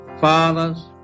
fathers